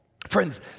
Friends